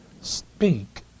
Speak